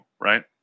right